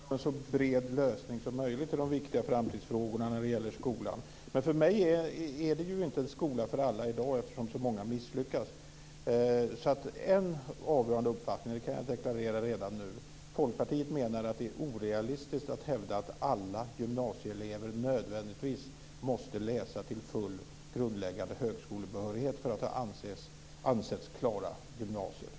Fru talman! Jag är naturligtvis intresserad av en så bred lösning som möjligt i de viktiga framtidsfrågorna om skolan. Men för mig är skolan i dag inte en skola för alla eftersom så många misslyckas. Jag kan deklarera en avgörande uppfattning redan nu: Folkpartiet menar att det är orealistiskt att hävda att alla gymnasielever nödvändigtvis måste läsa till full grundläggande högskolebehörighet för att ha ansetts klara gymnasiet.